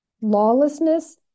Lawlessness